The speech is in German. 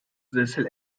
sessel